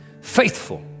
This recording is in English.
Faithful